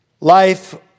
life